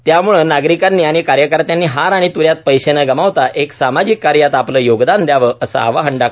त्याम्ळं नागरिकांनी आणि कार्यकर्त्यांनी हार आणि त् यात पैसे न गमावता एका सामाजिक कार्यात आपलं योगदान द्यावंए असं आवाहन डॉ